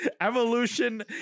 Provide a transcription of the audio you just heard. evolution